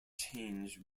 change